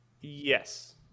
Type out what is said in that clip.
yes